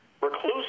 reclusive